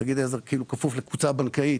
תאגיד עזר כאילו כפוף לקבוצה בנקאית